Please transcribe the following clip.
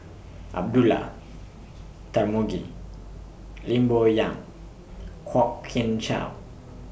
Abdullah Tarmugi Lim Bo Yam Kwok Kian Chow